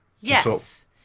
Yes